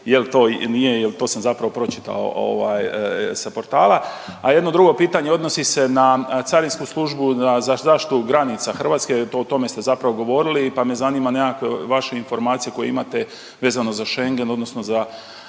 to sam zapravo pročitao sa portala. A jedno drugo pitanje, odnosi se na carinsku službu na zašto granica Hrvatske, o tome ste zapravo govorili pa me zanima nekakve vaše informacije koje imate vezano za Schengen odnosno za BiH,